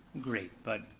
great, but,